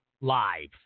live